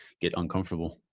get uncomfortable.